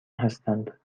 هستند